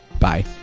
bye